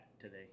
today